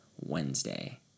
Wednesday